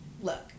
look